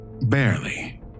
Barely